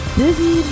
busy